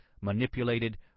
manipulated